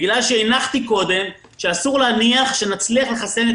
בגלל שהנחתי קודם שאסור להניח שנצליח לחסן את